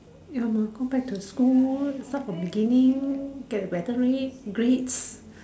you must go back to school start from the beginning get better grade grades